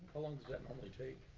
how long does that normally take?